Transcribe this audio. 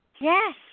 Yes